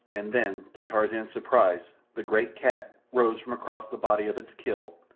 and then, to tarzan's surprise, the great cat rose from across the body of its kill,